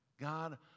God